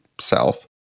self